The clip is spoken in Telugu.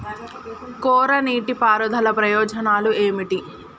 కోరా నీటి పారుదల ప్రయోజనాలు ఏమిటి?